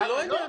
זה לא העניין.